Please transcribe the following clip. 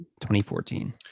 2014